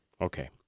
Okay